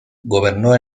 gobernó